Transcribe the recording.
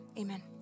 Amen